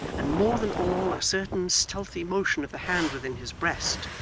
and more than all a certain stealthy motion of the hand within his breast,